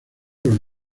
los